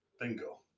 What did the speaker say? Bingo